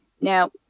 Now